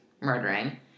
murdering